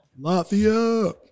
Latvia